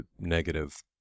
negative